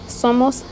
somos